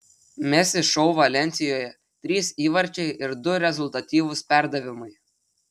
messi šou valensijoje trys įvarčiai ir du rezultatyvūs perdavimai